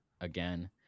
again